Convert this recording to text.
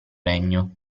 regno